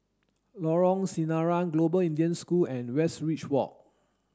Lorong Sinaran Global Indian School and Westridge Walk